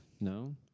no